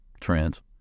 trends